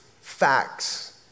facts